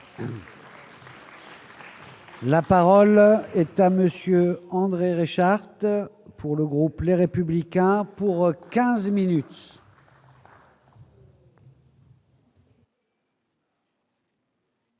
La parole est à Monsieur André Rey charter pour le groupe Les Républicains pour 15 minutes.